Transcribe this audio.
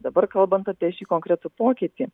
dabar kalbant apie šį konkretų pokytį